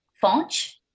font